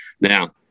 Now